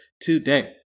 today